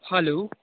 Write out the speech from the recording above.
hello